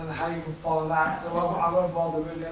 how you can follow that, so i won't bother.